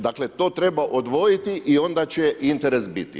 Dakle, to treba odvojiti i onda će interes biti.